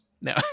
No